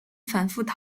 反复